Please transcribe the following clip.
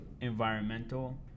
environmental